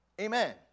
Amen